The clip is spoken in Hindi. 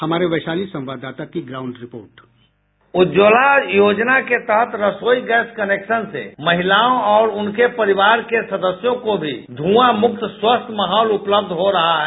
हमारे वैशाली संवाददाता की ग्राउंड रिपोर्ट बाईट उज्ज्वला के तहत रसोई गैस कनेक्शन से महिलाओं और उनके परिवार के सदस्यों को भी धुआं मुक्त स्वस्थ माहौल उपलब्ध हो रहा है